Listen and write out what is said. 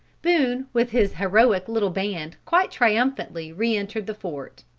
boone with his heroic little band quite triumphantly re-entered the fort.